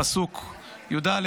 פסוק י"ד,